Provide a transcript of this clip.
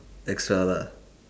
extra lah